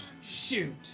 Shoot